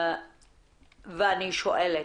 ואני שואלת,